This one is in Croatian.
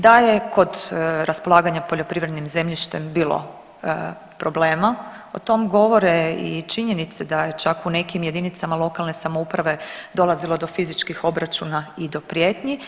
Da je kod raspolaganja poljoprivrednim zemljištem bilo problema o tom govore i činjenice da je čak u nekim jedinicama lokalne samouprave dolazilo do fizičkih obračuna i do prijetnji.